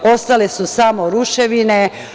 Ostale su samo ruševine.